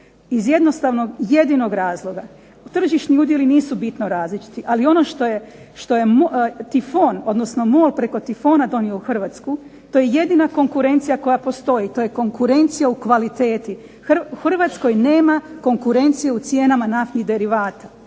iz jednostavnog jedinog razloga. Tržišni udjeli nisu bitni različiti, ali ono što je Tifon, odnosno MOL preko Tifona donio u Hrvatsku, to je jedina konkurencija koja postoji, to je konkurencija u kvaliteti. U Hrvatskoj nema konkurencije u cijenama naftnih derivata,